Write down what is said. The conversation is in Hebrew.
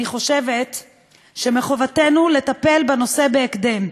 אני חושבת שמחובתנו לטפל בנושא בהקדם,